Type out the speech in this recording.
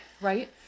right